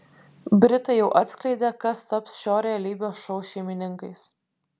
britai jau atskleidė kas taps šio realybės šou šeimininkais